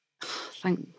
thank